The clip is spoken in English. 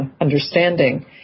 understanding